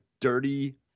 dirty